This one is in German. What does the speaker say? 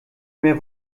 mehr